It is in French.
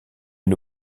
une